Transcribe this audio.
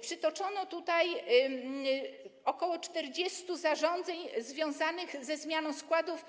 Przytoczono tutaj około 40 zarządzeń związanych ze zmianą składów